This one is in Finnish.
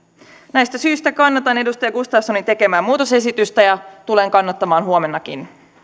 näistä syistä kannatan edustaja gustafssonin tekemää muutosesitystä ja tulen kannattamaan huomennakin